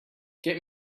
get